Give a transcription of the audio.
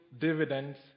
dividends